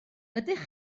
ydych